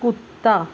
کتا